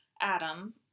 Adam